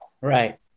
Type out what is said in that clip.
right